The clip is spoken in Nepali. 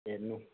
हेर्नु